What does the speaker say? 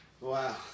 Wow